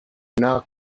not